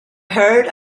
heard